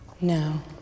No